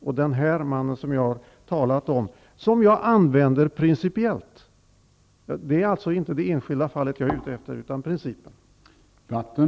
Fallet med mannen som jag har talat om här använder jag principiellt. Jag är inte ute efter det enskilda fallet, utan principen.